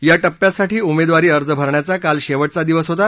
या टप्प्यासाठी उमेदवारी अर्ज भरण्याचा काल शेवटचा दिवस होता